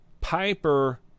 piper